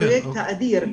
הפרויקט האדיר,